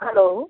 hello